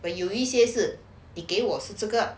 but 有一些是你给我是这个